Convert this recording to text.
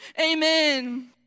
amen